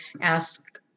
ask